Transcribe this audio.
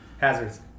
Hazards